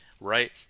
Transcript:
right